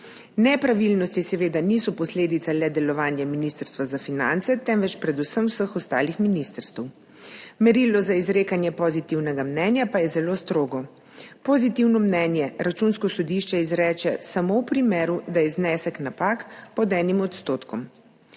Nepravilnosti seveda niso posledica le delovanja Ministrstva za finance, temveč predvsem vseh ostalih ministrstev. Merilo za izrekanje pozitivnega mnenja pa je zelo strogo. Pozitivno mnenje Računsko sodišče izreče samo v primeru, da je znesek napak pod 1 %.